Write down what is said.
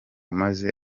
maze